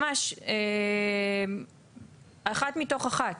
ממש אחת מתוך אחת,